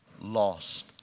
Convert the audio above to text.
lost